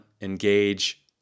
engage